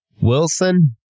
Wilson